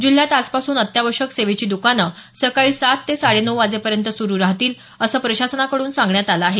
जिल्ह्यात आजपासून अत्यावश्यक सेवेची द्कानं सकाळी सात ते साडे नऊ वाजेपर्यंत सुरु राहतील असं प्रशासनाकडून सांगण्यात आलं आहे